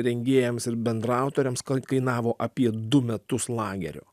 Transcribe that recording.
rengėjams ir bendraautoriams kainavo apie du metus lagerio